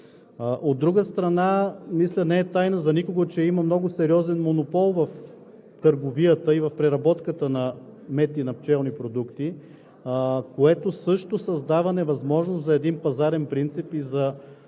От друга страна, мисля, не е тайна за никого, че има много сериозен монопол в търговията и в преработката на мед и на пчелни продукти, което също създава невъзможност за пазарен принцип и за определянето